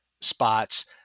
spots